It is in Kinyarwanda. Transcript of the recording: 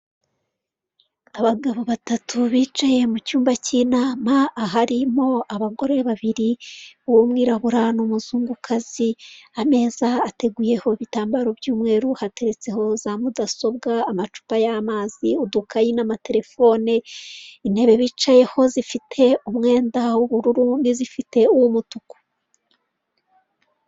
Abagabo batatu bicaye mu cyumba cy'inama, aharimo abagore babiri, uw'umwirabura n'umuzungukazi, ameza ateguyeho ibitambaro by'umweru, hateretseho za mudasobwa, amacupa y'amazi, udukayi n'amatelefone, intebe bicayeho zifite umwenda w'ubururu n'izifite uw'umutuku.